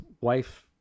wife